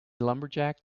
lumberjack